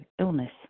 illness